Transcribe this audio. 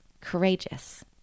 courageous